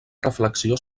reflexió